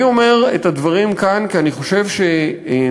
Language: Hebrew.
אני אומר את הדברים כאן כי אני חושב שהכנסת